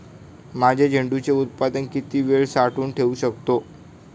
माझे झेंडूचे उत्पादन किती वेळ साठवून ठेवू शकतो?